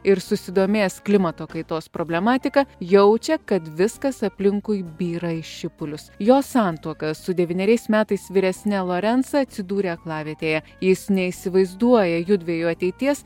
ir susidomėjęs klimato kaitos problematika jaučia kad viskas aplinkui byra į šipulius jo santuoka su devyneriais metais vyresne lorencą atsidūrė aklavietėje jis neįsivaizduoja jųdviejų ateities